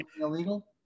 illegal